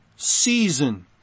Season